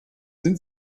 sind